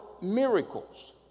miracles